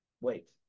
Wait